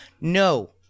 No